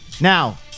Now